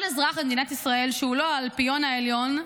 כל אזרח במדינת ישראל שהוא לא האלפיון העליון,